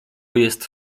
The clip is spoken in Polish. jest